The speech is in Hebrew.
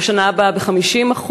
בשנה הבאה ב-50%,